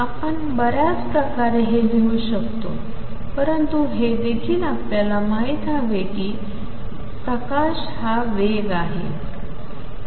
आपण बर्याच प्रकारे हे लिहू शकतो परंतु हे देखील आपल्याला माहित हवे कि प्रकाश हा वेग आहे